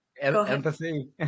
Empathy